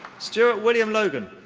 stuart william logan.